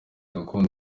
gakondo